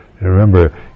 remember